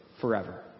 forever